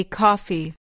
coffee